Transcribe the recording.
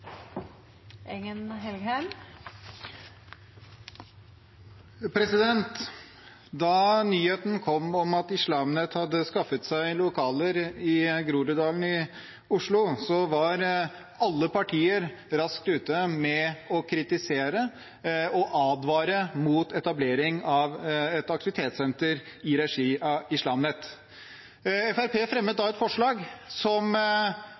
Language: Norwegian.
Da nyheten kom om at Islam Net hadde skaffet seg lokaler i Groruddalen i Oslo, var alle partier raskt ute med å kritisere og advare mot etablering av et aktivitetssenter i regi av Islam Net. Fremskrittspartiet fremmet da et forslag som